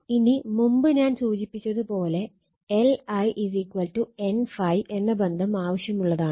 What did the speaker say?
ഇനി മുമ്പ് ഞാൻ സൂചിപ്പിച്ചത് പോലെ L I N ∅ എന്ന ബന്ധം ആവശ്യമുള്ളതാണ്